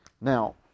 Now